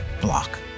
block